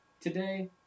today